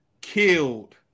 killed